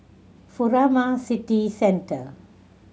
Furama City Centre